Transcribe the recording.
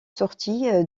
sorti